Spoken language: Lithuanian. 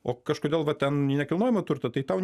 o kažkodėl va ten į nekilnojamą turtą tai tau